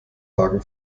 hagen